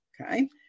Okay